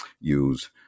use